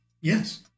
Yes